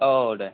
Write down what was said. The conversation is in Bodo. औ दे